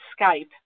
Skype